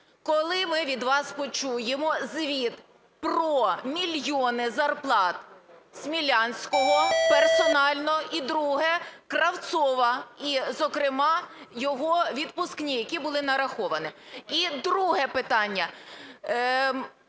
Коли ми від вас почуємо звіт про мільйони зарплат Смілянського персонально, і друге – Кравцова, і, зокрема, його відпускні, які були нараховані? І друге питання.